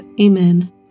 Amen